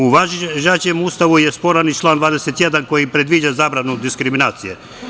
U važećem Ustavu je sporan i član 21. koji predviđa zabranu diskriminacije.